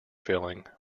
filling